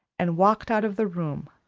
and walked out of the room,